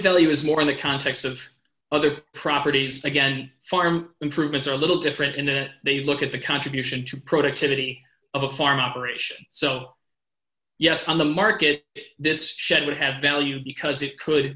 value is more in the context of other properties again farm improvements are a little different in that they look at the contribution to productivity of a farm operation so yes on the market this should have value because